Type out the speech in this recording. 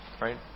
right